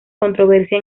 controversia